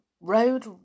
road